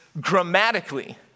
grammatically